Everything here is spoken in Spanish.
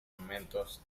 momentos